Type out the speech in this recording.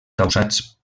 causats